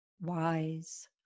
wise